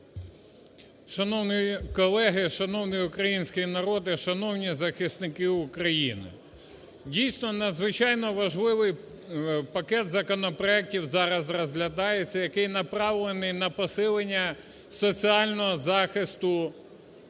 Шановні колеги, шановний український народе, шановні захисники України! Дійсно, надзвичайно важливий пакет законопроектів зараз розглядається, який направлений на посилення соціального захисту українських